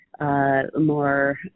more